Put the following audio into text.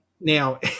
now